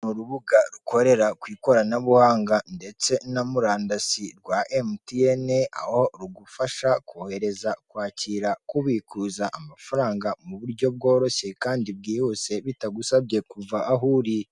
Ni urubuga rukorera ku ikoranabuhanga ndetse na murandasi rwa emutiyene aho rugufasha kohereza, kwakira, kubikuza amafaranga mu buryo bworoshye kandi bwihuse bitagusabye kuva aho uri.